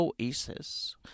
oasis